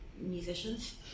musicians